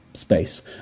space